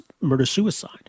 murder-suicide